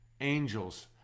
angels